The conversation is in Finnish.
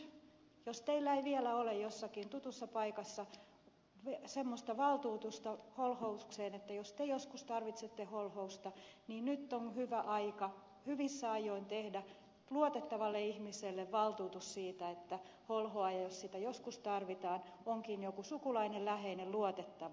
nyt jos teillä ei vielä ole jossakin tutussa paikassa semmoista valtuutusta holhoukseen jos te joskus tarvitsette holhousta niin nyt on hyvä aika hyvissä ajoin tehdä luotettavalle ihmiselle valtuutus siitä että holhoaja jos sitä joskus tarvitaan onkin joku sukulainen läheinen luotettava